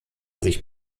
sich